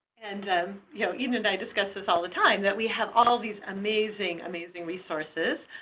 and you know eden and i discuss this all the time, that we have all these amazing, amazing resources.